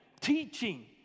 teaching